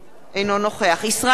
אינו נוכח ישראל כץ,